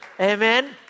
Amen